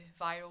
viral